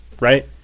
Right